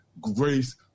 grace